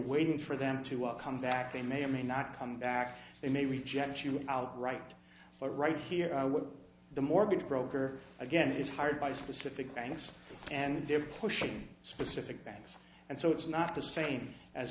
waiting for them to all come back they may or may not come back they may reject you out right or right here are what the mortgage broker again is hired by specific banks and they're pushing specific banks and so it's not the same as